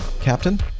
captain